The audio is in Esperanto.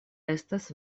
estas